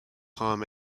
harm